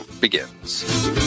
begins